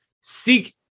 seek